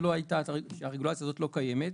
כשהרגולציה הזאת לא קיימת,